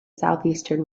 southeastern